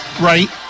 right